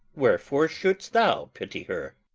wherefore shouldst thou pity her?